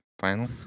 Final